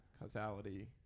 causality